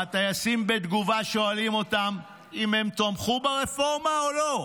והטייסים בתגובה שואלים אותם אם הם תמכו ברפורמה או לא,